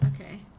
Okay